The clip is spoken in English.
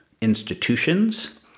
institutions